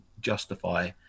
justify